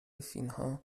فینها